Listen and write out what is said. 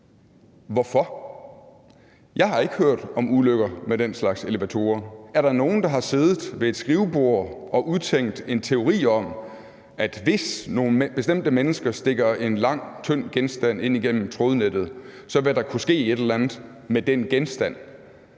Hvorfor? Jeg har ikke hørt om ulykker med den slags elevatorer. Er der nogen, der har siddet ved et skrivebord og udtænkt en teori om, at hvis nogle bestemte mennesker stikker en lang tynd genstand ind igennem trådnettet, vil der kunne ske et eller andet med den genstand?